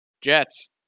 Jets